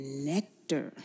nectar